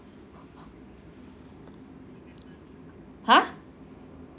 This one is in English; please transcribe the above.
!huh!